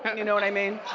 and you know what i mean?